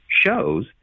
shows